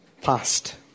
past